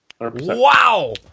Wow